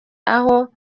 aho